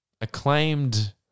acclaimed